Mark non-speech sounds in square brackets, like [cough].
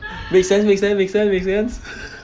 makes sense makes sense makes sense makes sense [laughs]